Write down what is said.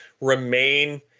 remain